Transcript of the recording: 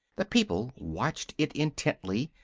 the people watched it intently,